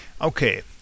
Okay